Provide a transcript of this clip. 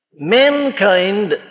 Mankind